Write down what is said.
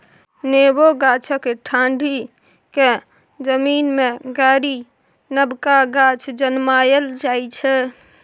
नेबो गाछक डांढ़ि केँ जमीन मे गारि नबका गाछ जनमाएल जाइ छै